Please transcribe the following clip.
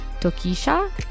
tokisha